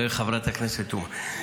לחברת הכנסת תומא.